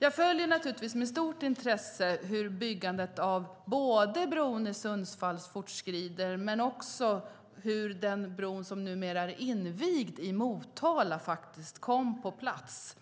Jag följer och har följt med stort intresse både hur byggandet av bron i Sundsvall fortskrider och hur den bro som numera är invigd i Motala kom på plats.